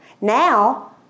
Now